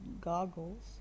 goggles